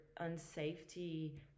unsafety